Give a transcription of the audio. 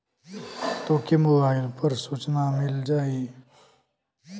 तोके मोबाइल पर सूचना मिल जाई